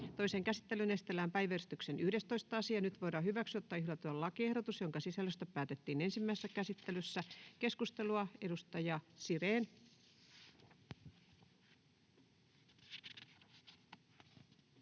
Toiseen käsittelyyn esitellään päiväjärjestyksen 10. asia. Nyt voidaan hyväksyä tai hylätä lakiehdotus, jonka sisällöstä päätettiin ensimmäisessä käsittelyssä. — Keskustelua. Edustaja Kivelä. [Speech